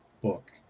book